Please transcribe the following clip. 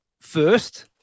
first –